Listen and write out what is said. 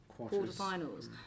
quarterfinals